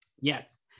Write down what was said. Yes